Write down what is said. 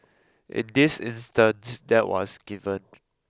in this instance that was given